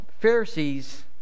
Pharisees